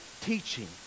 teaching